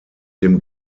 dem